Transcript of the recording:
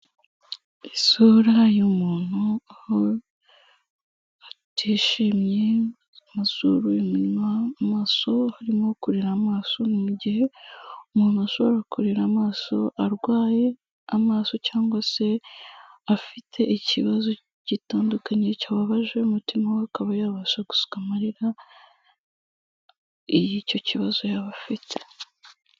Isura y'umuntu utishimye, amazuru, iminwa, amaso, arimo kurira amaso, ni mu gihe umuntu ashobora kurira amaso arwaye amaso cyangwa se afite ikibazo gitandukanye kibabaje umutima we akaba yabasha gusuka amarira y'icyo kibazo yaba afite.